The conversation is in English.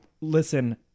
listen